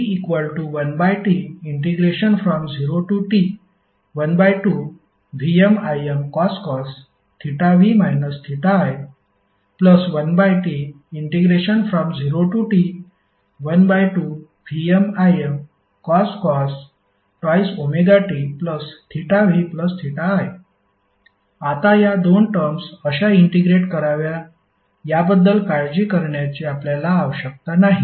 P1T0T12VmImcos v i 1T0T12VmImcos 2ωtvi आता या दोन टर्म्स अशा इंटिग्रेट कराव्या याबद्दल काळजी करण्याची आपल्याला आवश्यकता नाही